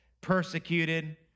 persecuted